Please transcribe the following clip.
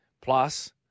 plus